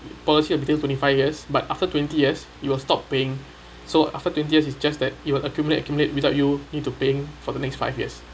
policy is between twenty five years but after twenty years you will stop paying so after twenty years it's just that you will accumulate accumulate without you need to paying for the next five years